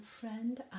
friend